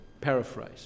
paraphrase